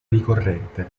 ricorrente